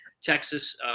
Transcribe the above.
Texas